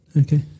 Okay